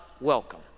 welcome